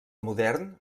modern